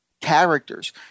characters